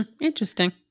Interesting